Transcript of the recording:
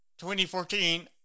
2014